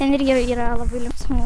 ten irgi yra labai linksmų